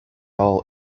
all